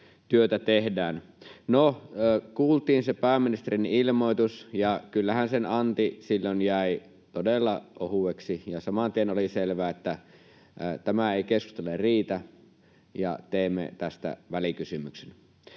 kuultiin se pääministerin ilmoitus, ja kyllähän sen anti silloin jäi todella ohueksi, ja samantien oli selvä, että tämä ei keskustalle riitä ja teemme tästä välikysymyksen.